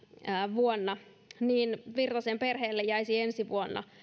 vuonna niin virtasen perheelle jäisi ensi vuonna lähes